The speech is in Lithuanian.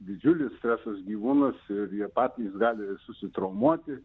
didžiulis stresas gyvūnas ir jie patys gali susitraumuoti